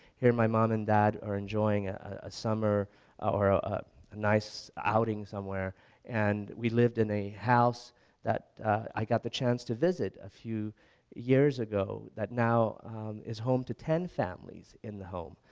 here my mom and dad are enjoying a summer or a a nice outing somewhere and we lived in a house that i got the chance to visit a few years ago that now is home to ten families, in the home.